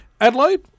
Adelaide